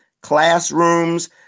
classrooms